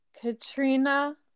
Katrina